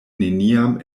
neniam